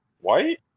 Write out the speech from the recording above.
White